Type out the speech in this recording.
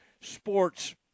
Sports